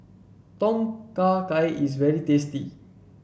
Tom Kha Gai is very tasty